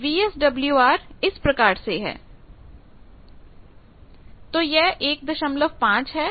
यह VSWRइस प्रकार से है तो यह 15 है